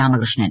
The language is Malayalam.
രാമകൃഷ്ണൻ